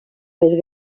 més